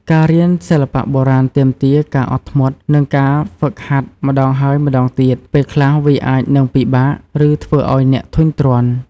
ការរៀនសិល្បៈបុរាណទាមទារការអត់ធ្មត់ និងការហ្វឹកហាត់ម្តងហើយម្តងទៀត ពេលខ្លះវាអាចនឹងពិបាក ឬធ្វើឱ្យអ្នកធុញទ្រាន់។